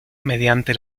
mediante